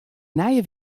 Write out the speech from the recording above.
nije